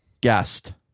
guest